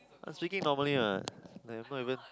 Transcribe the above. I speaking normally what like not even